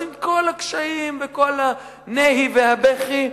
אז עם כל הקשיים וכל הנהי והבכי,